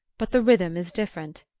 but the rhythm is different,